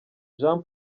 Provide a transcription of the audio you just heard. jean